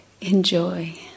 enjoy